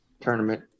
tournament